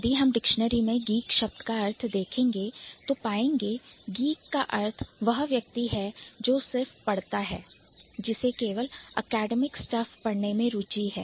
यदि आप dictionary में Geek शब्द का अर्थ देखेंगे तो पाएंगे Geek का अर्थ वह व्यक्ति है जो सिर्फ पढ़ता है जिसे केवलAcademic Stuff पढ़ने में रुचि है